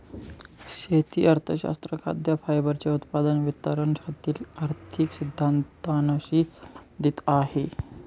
शेती अर्थशास्त्र खाद्य, फायबरचे उत्पादन, वितरण यातील आर्थिक सिद्धांतानशी संबंधित आहे